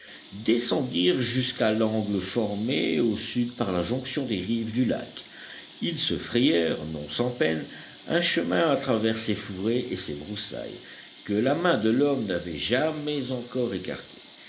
descendirent jusqu'à l'angle formé au sud par la jonction des rives du lac ils se frayèrent non sans peine un chemin à travers ces fourrés et ces broussailles que la main de l'homme n'avait jamais encore écartés